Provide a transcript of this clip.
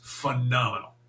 Phenomenal